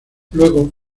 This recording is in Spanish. luego